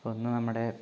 ഒന്ന് നമ്മുടെ